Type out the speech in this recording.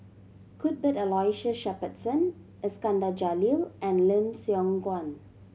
Cuthbert Aloysius Shepherdson Iskandar Jalil and Lim Siong Guan